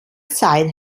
side